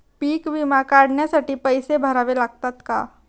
पीक विमा काढण्यासाठी पैसे भरावे लागतात का?